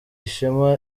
ishema